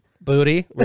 Booty